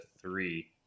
three